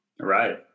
Right